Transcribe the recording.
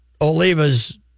Oliva's